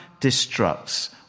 destructs